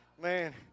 man